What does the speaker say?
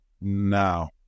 now